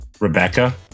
Rebecca